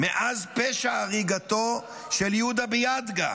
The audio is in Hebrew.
מאז פשע הריגתו של יהודה ביאדגה,